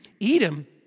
Edom